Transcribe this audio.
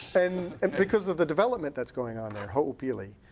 and and because of the development that's going on there. ho'opili.